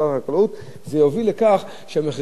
זה יביא לכך שהמחירים לא יהיו יותר גבוהים.